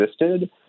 existed